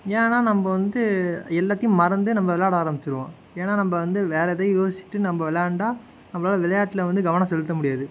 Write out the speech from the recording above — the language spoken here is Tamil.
ஏன்னால் நம்ம வந்து எல்லாத்தையும் மறந்து நம்ம விள்ளாட ஆரமிச்சிடுவோம் ஏன்னால் நம்ம வந்து வேறு எதையும் யோசிச்சிகிட்டு நம்ம விளாண்டா நம்மளால் விளையாட்டில் வந்து கவனம் செலுத்த முடியாது